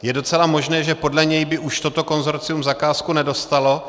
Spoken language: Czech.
Je docela možné, že podle něj by už toto konsorcium zakázku nedostalo.